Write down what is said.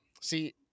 See